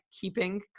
Keeping